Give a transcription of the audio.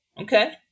Okay